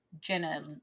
Jenna